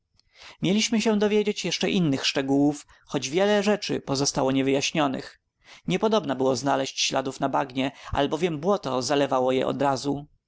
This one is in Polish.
mieliśmy się dowiedzieć jeszcze innych szczegółów choć wiele rzeczy pozostało niewyjaśnionych niepodobna było znaleźć śladów na bagnie albowiem błoto zalewało je odrazu